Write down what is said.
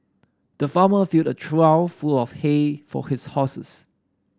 the farmer filled a trough full of hay for his horses